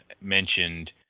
mentioned